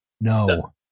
No